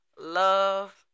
love